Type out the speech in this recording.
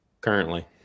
currently